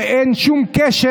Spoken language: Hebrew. שאין שום קשר,